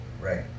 Right